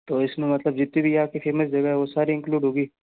तो इसमें मतलब जितनी भी यहाँ की फ़ेमस जगह है वह सारी इन्क्लूड होगी